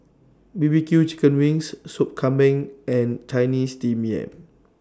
B B Q Chicken Wings Sop Kambing and Chinese Steamed Yam